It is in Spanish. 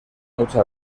mucha